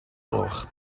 gloch